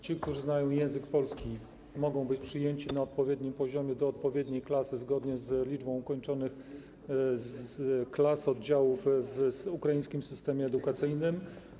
Ci, którzy znają język polski, mogą być przyjęci na odpowiednim poziomie do odpowiedniej klasy zgodnie z liczbą ukończonych klas oddziałów w ukraińskim systemie edukacyjnym.